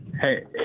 Hey